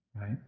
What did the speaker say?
right